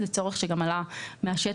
זה צורך שעלה גם מהשטח,